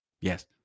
Yes